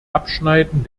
abschneiden